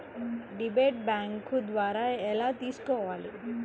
Debit bank ద్వారా ఎలా తీసుకోవాలి?